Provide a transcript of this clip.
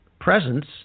presence